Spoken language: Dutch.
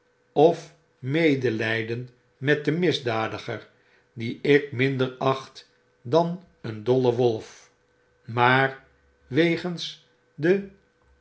of medelijden met den misdadiger dien ik minder acht dan een dolle wolf maar wegens den